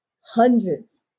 hundreds